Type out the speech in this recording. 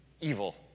evil